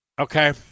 Okay